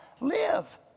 live